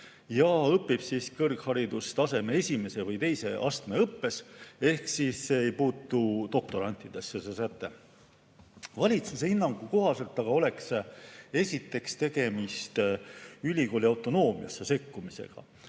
ja kes õpib kõrgharidustaseme esimese või teise astme õppes. Ehk see säte ei puuduta doktorante. Valitsuse hinnangu kohaselt oleks, esiteks, tegemist ülikooli autonoomiasse sekkumisega.